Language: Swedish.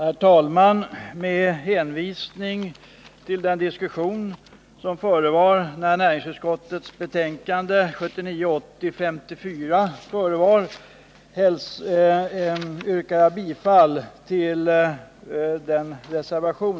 Nr 166 Herr talman! Med hänvisning till den diskussion som fördes när SE Fredagen den näringsutskottets betänkande 1979/80:54 behandlades yrkar jag bifall till den